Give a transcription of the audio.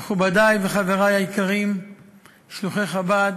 מכובדי וחברי היקרים שלוחי חב"ד